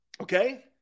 Okay